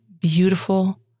beautiful